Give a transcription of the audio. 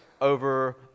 over